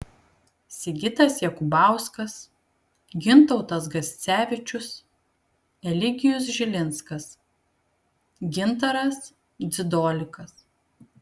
sigitas jakubauskas gintautas gascevičius eligijus žilinskas gintaras dzidolikas